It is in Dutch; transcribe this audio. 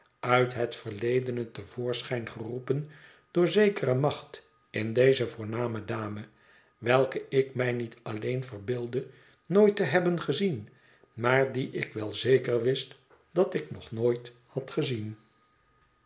uit het verledene te voorschijn geroepen door zekere macht in deze voorname dame welke ik mij niet alleen verbeeldde nooit te hebben gezien maar die ik wel zeker wist dat ik nog nooit had gezien